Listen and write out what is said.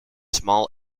small